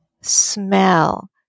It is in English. smell